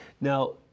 Now